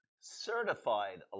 certified